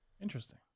Interesting